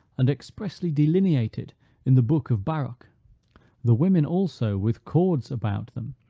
and expressly delineated in the book of baruch the women also, with cords about them,